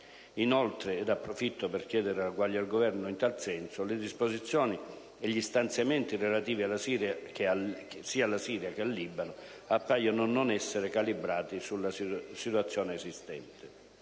Inoltre, ed approfitto per chiedere ragguagli al Governo in tal senso, le disposizioni e gli stanziamenti relativi sia alla Siria che al Libano appaiono non esser calibrati sulla situazione esistente.